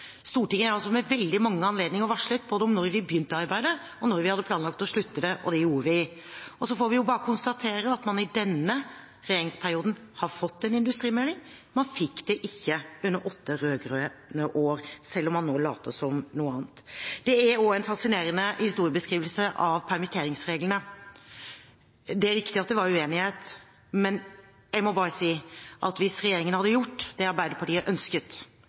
Stortinget er ved veldig mange anledninger varslet, både om når vi begynte arbeidet, og når vi hadde planlagt å slutte det. Så får vi jo bare konstatere at man i denne regjeringsperioden har fått en industrimelding. Man fikk det ikke under åtte rød-grønne år, selv om man nå later som noe annet. Det er også en fascinerende historiebeskrivelse av permitteringsreglene. Det er riktig at det var uenighet, men jeg må bare si at hvis regjeringen hadde gjort det Arbeiderpartiet ønsket